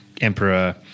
emperor